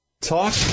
Talk